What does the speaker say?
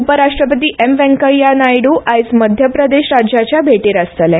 उपरराष्ट्रपती एम व्यंकय्या नायडू आज मध्यप्रदेश राज्याचे भेटेर आसतले